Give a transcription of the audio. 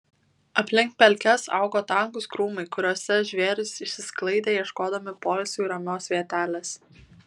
aplink pelkes augo tankūs krūmai kuriuose žvėrys išsisklaidė ieškodami poilsiui ramios vietelės